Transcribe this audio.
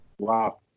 Wow